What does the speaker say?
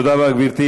תודה רבה לגברתי.